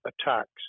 attacks